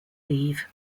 leave